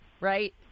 right